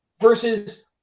versus